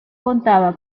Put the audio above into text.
contaba